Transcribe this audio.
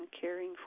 caring